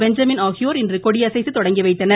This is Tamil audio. பெஞ்சமின் ஆகியோர் இன்று கொடியசைத்து தொடங்கி வைத்தனர்